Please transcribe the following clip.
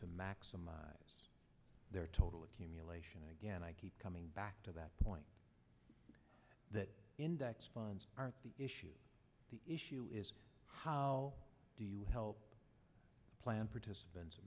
to maximize their total accumulation again i keep coming back to that point that index funds aren't the issue the issue is how do you help plan participants